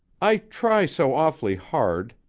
i try so awful hard,